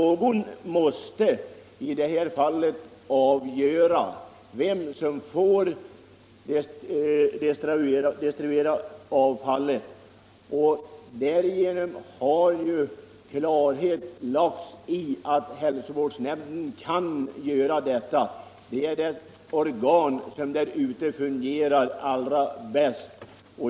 Någon måste i detta fall avgöra vem som får destruera avfallet. Genom cirkuläret har klarhet vunnits i att hälsovårdsnämnden får besluta om detta. Hälsovårdsnämnden är det organ som måste känna förhållandena allra bäst.